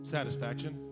Satisfaction